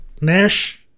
Nash